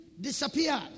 disappeared